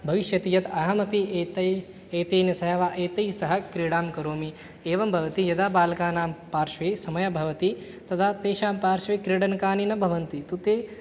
भविष्यति यत् अहमपि एतैः एतेन सह वा एतैस्सह क्रीडां करोमि एवं भवति यदा बालकानां पार्श्वे समयः भवति तदा तेषां पार्श्वे क्रीडनकानि न भवन्ति तु ते